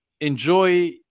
enjoy